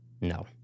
no